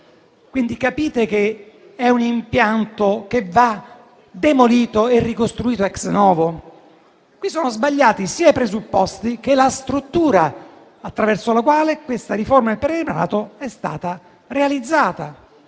Capite allora che è un impianto che va demolito e ricostruito *ex novo*? Qui sono sbagliati sia i presupposti che la struttura attraverso la quale questa riforma del premierato è stata realizzata.